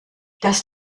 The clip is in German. das